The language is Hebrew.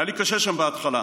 היה לי קשה שם בהתחלה,